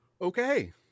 Okay